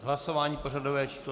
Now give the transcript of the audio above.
Hlasování pořadové číslo 140.